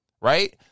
right